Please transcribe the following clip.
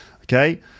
okay